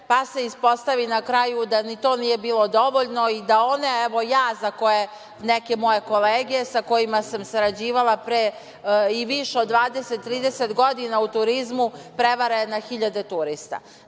pa se ispostavi na kraju da ni to nije bilo dovoljno i da one, evo, ja za koje neke moje kolege sa kojima sam sarađivala pre i više od 20, 30 godina u turizmu, prevare na hiljade turista. Nemojmo